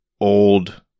old